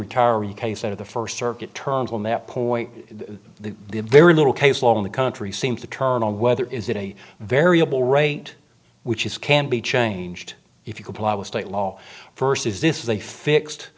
retiree case out of the first circuit turns on that point the very little case law in the country seems to turn on whether is it a variable rate which is can be changed if you comply with state law first is this is a fixed